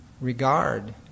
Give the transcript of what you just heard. regard